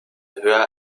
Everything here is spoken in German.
höher